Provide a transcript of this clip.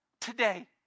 Today